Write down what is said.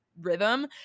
rhythm